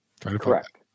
correct